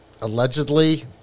allegedly